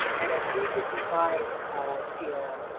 and ah three fifty five p m,